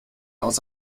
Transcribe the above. aus